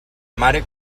mare